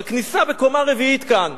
בכניסה בקומה רביעית כאן